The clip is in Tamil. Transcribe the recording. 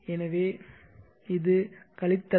எனவே இது கழித்தல்